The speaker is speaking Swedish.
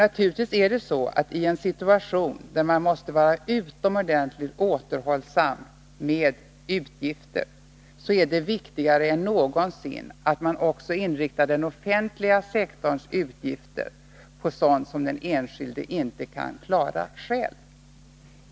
Naturligtvis är det i en situation, där man måste vara utomordentligt återhållsam med utgifter, viktigare än någonsin att man också inriktar den offentliga sektorns utgifter på sådant som den enskilde inte kan klara själv.